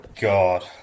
god